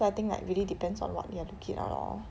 so I think like really depends on what you are looking out lor